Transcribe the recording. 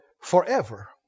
Forever